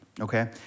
okay